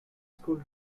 school